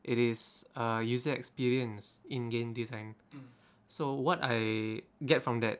it is uh user experience in game design so what I get from that